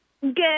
Good